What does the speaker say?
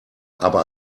aber